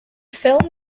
film